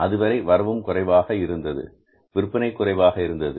அதுவரை வரவும் குறைவாக இருந்தது விற்பனை குறைவாக இருந்தது